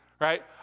right